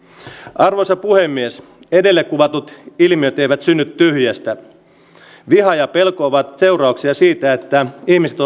arvoisa puhemies edellä kuvatut ilmiöt eivät synny tyhjästä viha ja pelko ovat seurauksia siitä että ihmiset